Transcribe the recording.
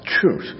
truth